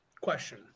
question